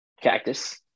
cactus